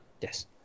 Yes